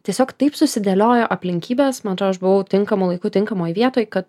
tiesiog taip susidėliojo aplinkybės man atrodo aš buvau tinkamu laiku tinkamoj vietoj kad